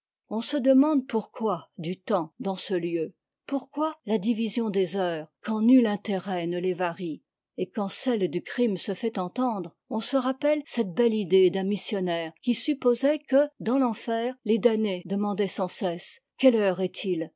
on se demande pourquoi du temps dans ce lieu pourquoi la division des heures quand nul intérêt ne les varie et quand celle du crime se fait entendre on se rappelle cette belle idée d'un missionnaire qui supposait que dans l'enfer les damnés demandaient sans cesse quelle heure est-il